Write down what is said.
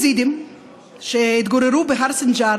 אלפי יזידים שהתגוררו בהר סינג'אר